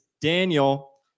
Daniel